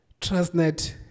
Trustnet